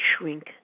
shrink